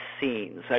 scenes